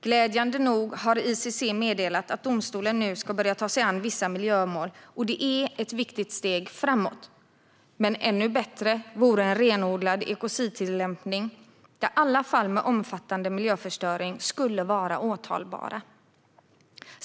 Glädjande nog har ICC meddelat att domstolen nu ska börja ta sig an vissa miljömål. Det är ett viktigt steg framåt. Men ännu bättre vore en renodlad ekocidtillämpning, där alla fall med omfattande miljöförstöring skulle vara åtalbara.